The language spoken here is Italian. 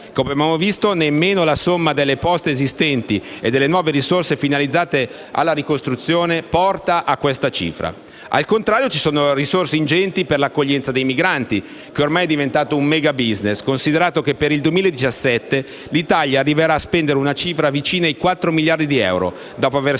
Come abbiamo visto, nemmeno la somma delle poste esistenti e delle nuove risorse finalizzate alla ricostruzione porta a questa cifra. Al contrario, ci sono risorse ingenti per l'accoglienza dei migranti, che ormai è diventato un mega *business*, considerato che per il 2017 l'Italia arriverà a spendere una cifra vicina ai 4 miliardi di euro, dopo avere speso